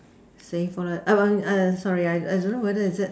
same for the sorry I I don't know whether is it